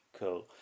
cool